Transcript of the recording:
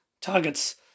targets